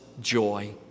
joy